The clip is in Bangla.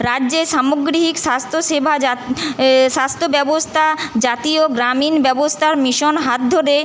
রাজ্যের সামগ্রিক স্বাস্থ্য সেবা যা স্বাস্থ্য ব্যবস্থা জাতীয় গ্রামীণ ব্যবস্থার মিশন হাত ধরে